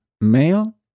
male